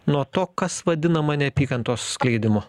nuo to kas vadinama neapykantos skleidimu